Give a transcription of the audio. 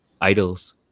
idols